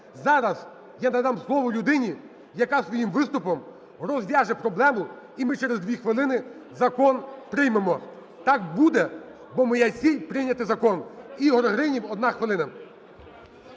Зараз я надам слово людині, яка своїм виступом розв'яже проблему і ми через дві хвилини закон приймемо. Так буде, бо моя ціль прийняти закон. Ігор Гринів, одна хвилина.